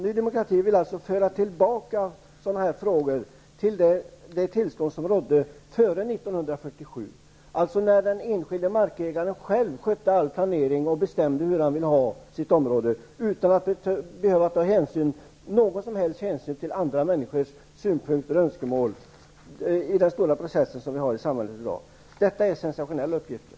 Ny Demokrati vill alltså föra tillbaka sådana här frågor till det tillstånd som rådde före 1947, när den enskilde markägaren själv skötte all planering och bestämde hur han ville ha sitt område, utan att behöva ta någon som helst hänsyn till andra människors synpunkter och önskemål i den stora process som vi har i samhället i dag. Detta är sensationella uppgifter.